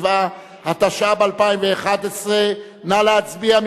67), התשע"ב 2011, נא להצביע.